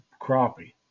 crappie